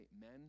men